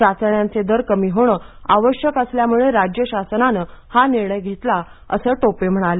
चाचण्यांचे दर कमी होणे आवश्यक असल्यामुळे राज्यशासनाने हा निर्णय घेतला असे टोपे म्हणाले